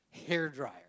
hairdryer